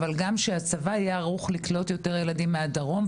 אבל גם שהצבא יהיה ערוך לקלוט יותר ילדים מהדרום.